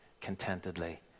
contentedly